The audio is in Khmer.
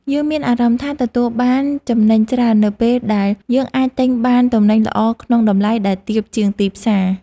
យើងមានអារម្មណ៍ថាទទួលបានចំណេញច្រើននៅពេលដែលយើងអាចទិញបានទំនិញល្អក្នុងតម្លៃដែលទាបជាងទីផ្សារ។